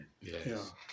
Yes